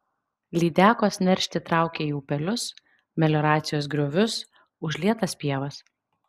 lydekos neršti traukia į upelius melioracijos griovius užlietas pievas